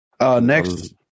next